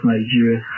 Nigeria